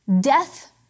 death